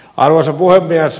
arvoisa puhemies